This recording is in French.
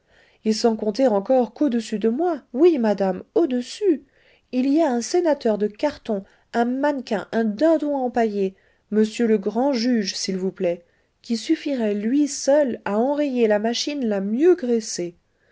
et sans compter encore qu'au-dessus de moi oui madame au-dessus il y a un sénateur de carton un mannequin un dindon empaillé m le grand juge s'il vous plaît qui suffirait lui seul à enrayer la machine la mieux graissée